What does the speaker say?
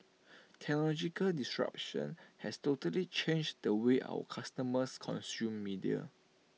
technological disruption has totally changed the way our customers consume media